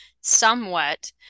somewhat